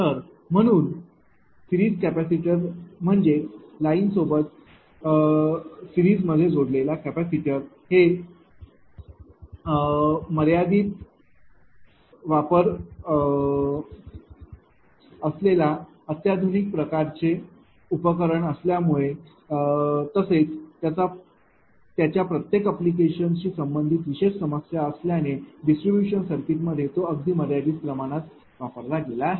तर म्हणून series capacitor म्हणजेच लाईन सोबत सिरीज मध्ये जोडलेला कॅपेसिटर हे मर्यादित वापर असलेले अत्याधुनिक प्रकारचे उपकरण असल्यामुळे तसेच त्याच्या प्रत्येक एप्लिकेशनशी संबंधित विशेष समस्या असल्याने डिस्ट्रीब्यूशन सर्किट मध्ये तो अगदी मर्यादित प्रमाणात वापरला गेला आहे